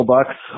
Bucks